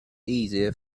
easier